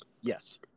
Yes